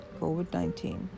COVID-19